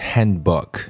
Handbook